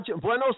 Buenos